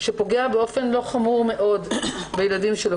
שפוגע באופן לא חמור מאוד בילדים שלו,